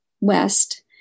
West